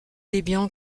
debian